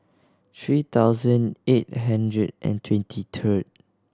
three thousand eight hundred and twenty two